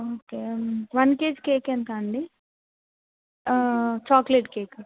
okay one kg cake ఎంత అండి chocolate cake